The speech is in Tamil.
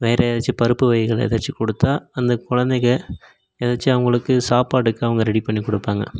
வேறு ஏதாச்சும் பருப்பு வகைகள் ஏதாச்சும் கொடுத்தா அந்த கொழந்தைகள் ஏதாச்சும் அவங்களுக்கு சாப்பாடுக்கு அவங்க ரெடி பண்ணிக் கொடுப்பாங்க